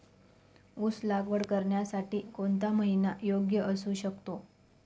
ऊस लागवड करण्यासाठी कोणता महिना योग्य असू शकतो?